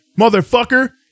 motherfucker